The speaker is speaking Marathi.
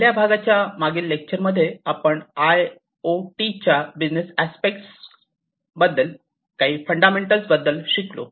पहिल्या भागाच्या मागील लेक्चरमध्ये आपण आयओटीच्या बिझनेस आस्पेक्टसच्या काही फंडामेंटलबद्दल शिकलो